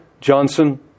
Johnson